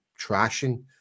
trashing